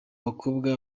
bakobwa